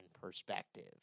perspective